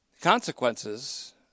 Consequences